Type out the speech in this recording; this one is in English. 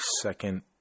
second